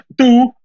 two